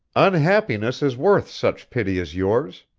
unhappiness is worth such pity as yours.